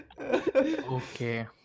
Okay